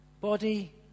body